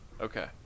Okay